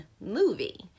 movie